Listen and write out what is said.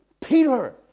Peter